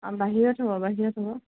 অঁ বাহিৰত হ'ব বাহিৰত হ'ব